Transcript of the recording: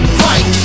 fight